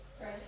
right